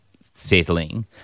settling